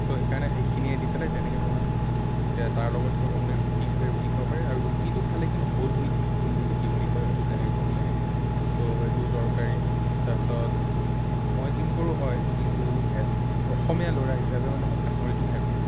চ' সেই কাৰণে সেইখিনিয়ে দি পেলাই তেনেকে বনাই এতিয়া তাৰ লগত ধৰক আপুনি ৰুটি খালে ৰুটি খাব পাৰে আৰু ৰুটিটো খালে কিন্তু হ'ল হুইট যোনটো ৰুটি বুলি কয় সেইটো তেনেকে খাব লাগে চ' সেইটো দৰকাৰী তাৰপিছত মই জিম কৰোঁ হয় কিন্তু অসমীয়া ল'ৰা হিচাপে মানে মই গাহৰিটো খাই খুব ভাল পাওঁ